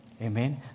Amen